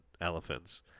elephants